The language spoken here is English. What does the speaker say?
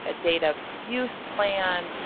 ah data use plan,